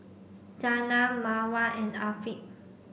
Zaynab Mawar and Afiq